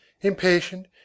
impatient